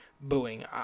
booing